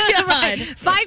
five